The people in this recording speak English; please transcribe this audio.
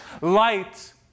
Light